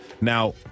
Now